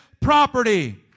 property